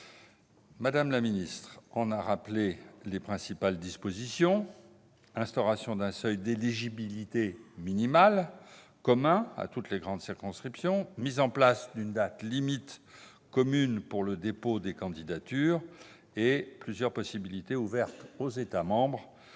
Mme la ministre en a rappelé les principales dispositions : instauration d'un seuil d'éligibilité minimal commun à toutes les grandes circonscriptions, mise en place d'une date limite commune pour le dépôt des candidatures, plusieurs possibilités ouvertes aux États membres